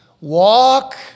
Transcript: Walk